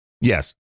Yes